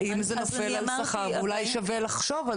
האם זה נופל על שכר ואולי שווה לחשוב על